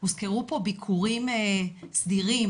הוזכרו פה ביקורים סדירים,